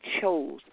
chose